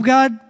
God